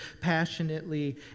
passionately